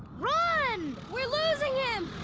run! we're losing him!